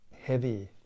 heavy